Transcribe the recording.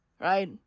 right